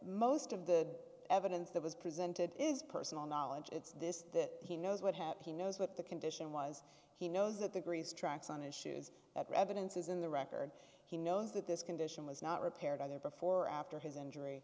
most of the evidence that was presented is personal knowledge it's this that he knows what happened he knows what the condition was he knows that the grease tracks on issue is that evidence is in the record he knows that this condition was not repaired either before or after his injury